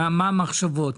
מה המחשבות?